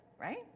Right